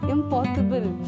Impossible